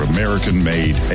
American-made